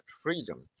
freedom